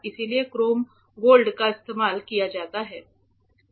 इसलिए chrome gold का इस्तेमाल किया जाता है